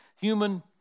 human